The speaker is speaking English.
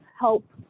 help